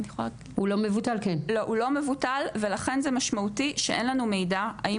הוא לא מבוטל ולכן זה משמעותי שאין לנו מידע האם